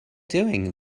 doing